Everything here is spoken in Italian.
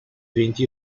venti